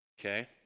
Okay